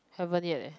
haven't yet eh